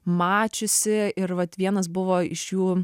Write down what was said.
mačiusi ir vat vienas buvo iš jų